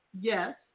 yes